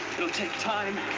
it'll take time